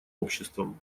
обществом